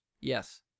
Yes